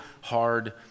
hard